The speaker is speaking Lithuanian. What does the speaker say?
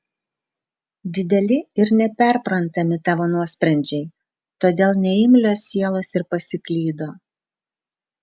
dideli ir neperprantami tavo nuosprendžiai todėl neimlios sielos ir pasiklydo